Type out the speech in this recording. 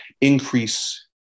increase